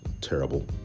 terrible